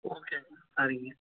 okay சரிங்க